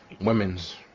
women's